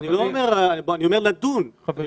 אני רק אומר לדון בזה,